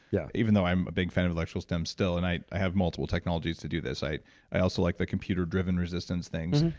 yeah even though i'm a big fan of electrical stem, still. and i i have multiple technologies to do this. i i also like the computer-driven resistance things.